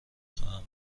خواهم